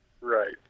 Right